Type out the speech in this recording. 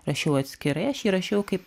rašiau atskirai aš jį rašiau kaip